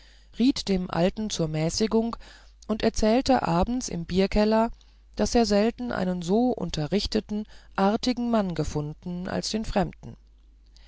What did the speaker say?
riet dem alten zur mäßigung und erzählte abends im bierkeller daß er selten einen so unterrichteten artigen mann gefunden als den fremden